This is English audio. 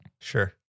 Sure